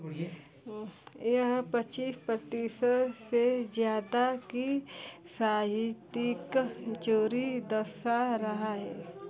यह पच्चीस प्रतिशत से ज़्यादा की साहित्यिक चोरी दर्शा रहा है